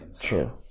Sure